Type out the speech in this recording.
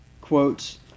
quotes